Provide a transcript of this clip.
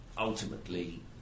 Ultimately